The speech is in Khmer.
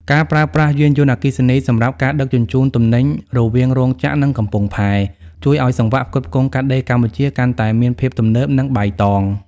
ការប្រើប្រាស់យានយន្តអគ្គិសនីសម្រាប់ការដឹកជញ្ជូនទំនិញរវាងរោងចក្រ និងកំពង់ផែ ជួយឱ្យសង្វាក់ផ្គត់ផ្គង់កាត់ដេរកម្ពុជាកាន់តែមានភាពទំនើប និងបៃតង។